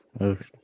Okay